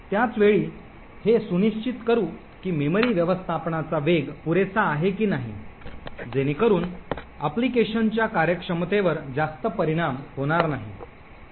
त्याच वेळी हे सुनिश्चित करु की मेमरी व्यवस्थापनाचा वेग पुरेसा आहे कि नाही जेणेकरून अनुप्रयोगाच्या कार्यक्षमतेवर जास्त परिणाम होणार नाही